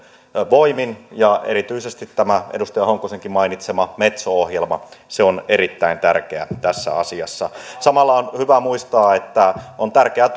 voimin ja erityisesti tämä edustaja honkosenkin mainitsema metso ohjelma on erittäin tärkeä tässä asiassa samalla on hyvä muistaa että on tärkeää